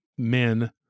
men